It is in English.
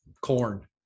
corn